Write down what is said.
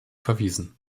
verwiesen